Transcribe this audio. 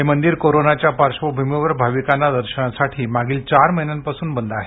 हे मंदिर कोरोनाच्या पार्श्वभूमीवर भाविकांना दर्शनासाठी मागील चार महिन्यापासून बंद आहे